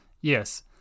Yes